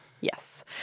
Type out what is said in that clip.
Yes